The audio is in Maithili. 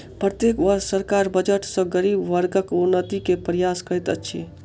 प्रत्येक वर्ष सरकार बजट सॅ गरीब वर्गक उन्नति के प्रयास करैत अछि